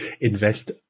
invest